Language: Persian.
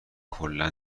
کلا